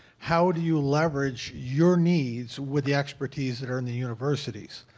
how do you leverage your needs with the expertise that are in the universities?